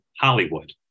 Hollywood